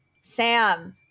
Sam